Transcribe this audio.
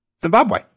Zimbabwe